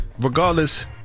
regardless